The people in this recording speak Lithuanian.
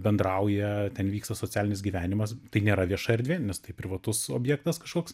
bendrauja ten vyksta socialinis gyvenimas tai nėra vieša erdvė nes tai privatus objektas kažkoks